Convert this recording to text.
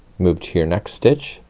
move to your next stitch,